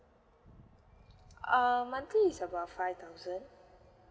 um monthly is about five thousand